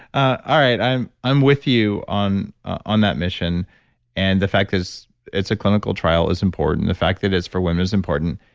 ah ah right, i'm i'm with you on on that mission and the fact that it's a clinical trial is important the fact that it's for women is important.